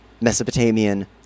Mesopotamian